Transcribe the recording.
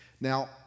Now